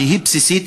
שהיא בסיסית,